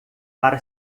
para